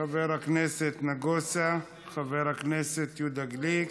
חבר הכנסת נגוסה, חבר הכנסת יהודה גליק,